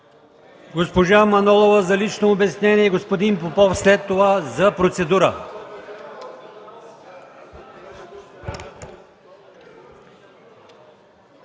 Госпожа Манолова, за лично обяснение, а господин Попов след това – за процедура.